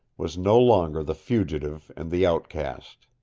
was no longer the fugitive and the outcast.